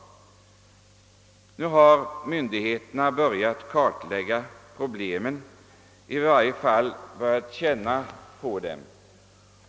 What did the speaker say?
Nu har myndigheterna börjat att kartlägga problemen eller i varje fall att känna på dem.